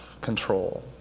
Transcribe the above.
control